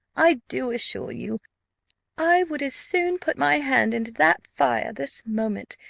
i do assure you i would as soon put my hand into that fire, this moment,